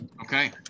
Okay